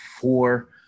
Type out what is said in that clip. four